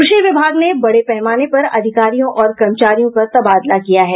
कृषि विभाग ने बड़े पैमाने पर अधिकारियों और कर्मचारियों का तबादला किया है